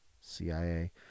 CIA